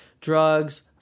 drugs